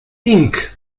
inc